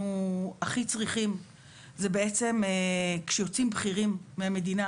שאנחנו הכי צריכים זה בעצם כשיוצאים בכירים מהמדינה,